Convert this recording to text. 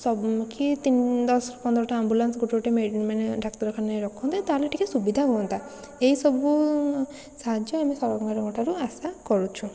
ସବୁ କି ତିନ ଦଶ ପନ୍ଦରଟା ଆମ୍ବୁଲାନ୍ସ ଗୋଟେ ଗୋଟେ ମେଡ଼ ମାନେ ଡାକ୍ତରଖାନାରେ ରଖନ୍ତେ ତାହେଲେ ଟିକିଏ ସୁବିଧା ହୁଅନ୍ତା ଏଇସବୁ ସାହାଯ୍ୟ ଆମେ ସରକାରଙ୍କଠାରୁ ଆଶା କରୁଛୁ